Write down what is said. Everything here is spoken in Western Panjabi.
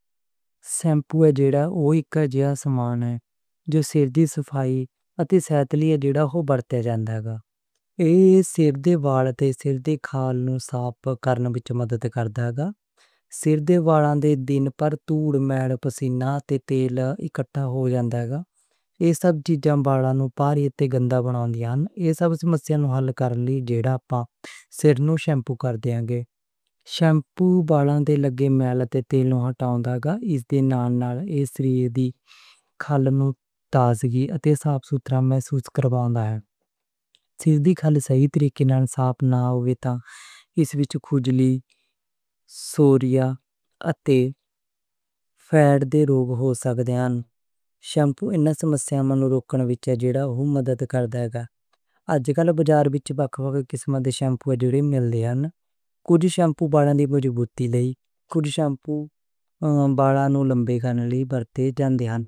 شیمپو اک ایسا سامان ہے جو صفائی اتے صحت لئی ہے۔ ایہ والاں تے کھال نوں صاف کرنے وچ مدد کردا ہے۔ والاں دے وچ مٹی، میل، پسینا تے تیل اکٹھا ہو جاندا ہے۔ ایہ سب چیزاں والاں نوں گندے بنا دیندیاں ہن۔ ایہ سب مسئلے حل کرنے لئی شیمپو کردے ہن۔ شیمپو والاں تے لگے میل تے تیل نوں ہٹاؤندا ہے۔ اس نال کھال نوں تازگی اتے صاف ستھرا محسوس ہوندا ہے۔ شیمپو انہاں مسئلیاں نوں روکنے وچ وی مدد کردا ہے۔ اج کل بازار وچ وکھ وکھ قسمان دے شیمپو ملدے ہن۔ کچھ شیمپو والاں دی مضبوطی لئی، کچھ شیمپو والاں نوں لمبے کرنے لئی ورتے جاندے ہن۔